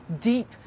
deep